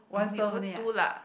may put two lah